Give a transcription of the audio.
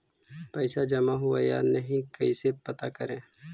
पैसा जमा हुआ या नही कैसे पता करे?